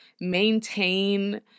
maintain